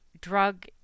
drug